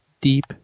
deep